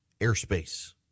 airspace